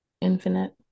Infinite